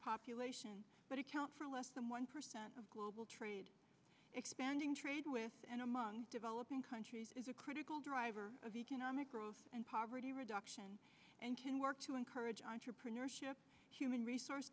population but account for less than one percent of global trade expanding trade with and among developing countries is a critical driver of growth and poverty reduction work to encourage entrepreneurship human resource